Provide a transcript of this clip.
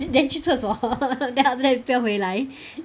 then 你去厕所 hor then after that 不要回来